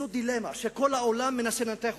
זאת דילמה, כל העולם מנסה לנתח אותך,